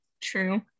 true